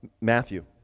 Matthew